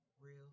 real